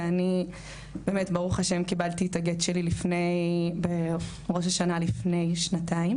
ואני באמת ברוך ה' קיבלתי את הגט שלי בראש השנה לפני שנתיים,